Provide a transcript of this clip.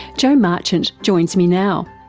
jo marchant joins me now,